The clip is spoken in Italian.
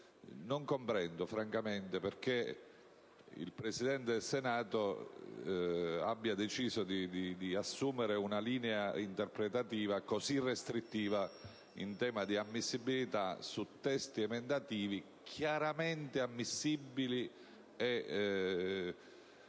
non comprendo francamente perché il Presidente del Senato abbia deciso di assumere una linea interpretativa così restrittiva in tema di improponibilità su testi emendativi chiaramente proponibili e